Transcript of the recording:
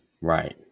right